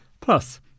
plus